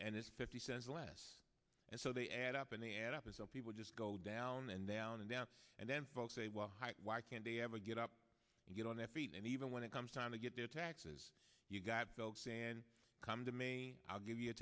and it's fifty cents less and so they add up and they add up and some people just go down and down and down and then say well why can't they ever get up and get on their feet and even when it comes time to get their taxes you got to come to me i'll give you a